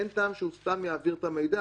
אין טעם שהוא סתם יעביר את המידע.